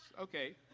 Okay